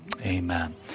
amen